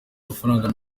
amafaranga